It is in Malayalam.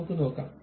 നമുക്ക് നോക്കാം